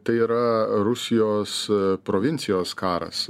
tai yra rusijos provincijos karas